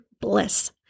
bliss